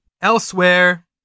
elsewhere